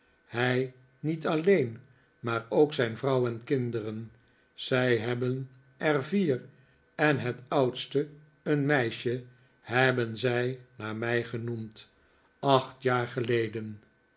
hij niet alleen maar ook zijn vrouw en kinderen zij hebben er vier en het oudste een meisje hebben zij naar mij genoemd acht jaar geleden